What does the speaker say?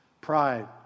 pride